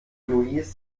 louis